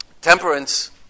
temperance